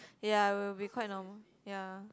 ya it will be quite normal ya